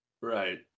Right